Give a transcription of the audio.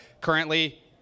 currently